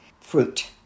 Fruit